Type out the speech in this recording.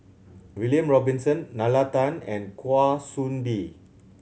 William Robinson Nalla Tan and Kwa Soon Bee